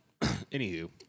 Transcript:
Anywho